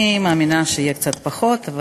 (איסור מניעה מצרכן להביא למקום עסק